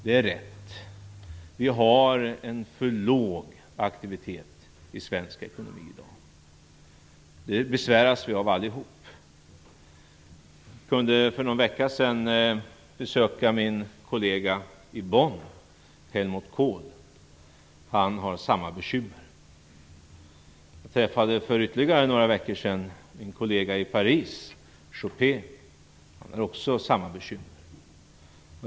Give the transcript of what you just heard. Det är riktigt att vi har en för låg aktivitet i svensk ekonomi i dag. Vi besväras av det allihop. För någon vecka sedan kunde jag besöka min kollega i Bonn, Helmut Kohl. Han har samma bekymmer. För ytterligare några veckor sedan träffade jag min kollega i Paris, Alain Juppé. Han har samma bekymmer.